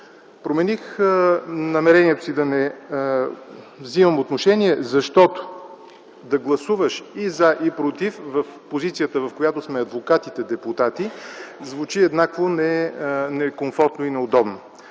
Промених намерението си да не вземам отношение, защото да гласуваш и „за”, и „против” в позицията, в която сме адвокатите-депутати, звучи еднакво некомфортно и неудобно.